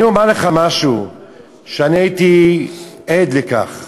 אני אומר לך שהייתי עד לכך